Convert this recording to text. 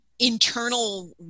internal